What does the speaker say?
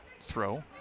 throw